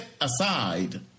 aside